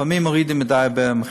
בעצם לא יכולה לבצע